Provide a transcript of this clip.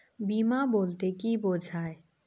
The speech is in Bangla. বিমা বলতে কি বোঝায়?